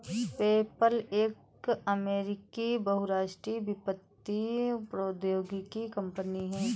PayPal एक अमेरिकी बहुराष्ट्रीय वित्तीय प्रौद्योगिकी कंपनी है